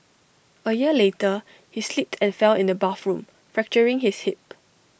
A year later he slipped and fell in the bathroom fracturing his hip